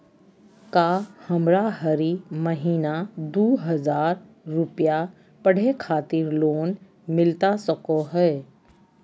का हमरा हरी महीना दू हज़ार रुपया पढ़े खातिर लोन मिलता सको है?